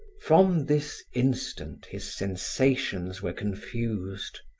from this instant, his sensations were confused.